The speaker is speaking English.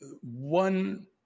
One